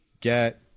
get